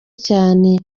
cyane